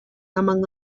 among